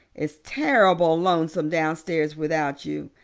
it's terrible lonesome downstairs without you.